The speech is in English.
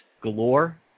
galore